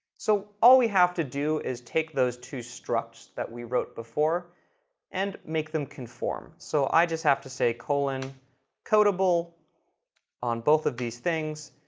so all we have to do is take those two structs that we wrote before and make them conform. so i just have to say colon codable on both of these things,